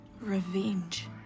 Revenge